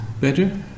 better